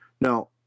Now